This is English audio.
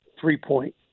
three-point